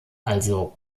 also